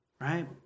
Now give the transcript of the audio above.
right